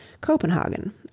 Copenhagen